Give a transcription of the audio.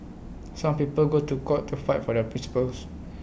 some people go to court to fight for their principles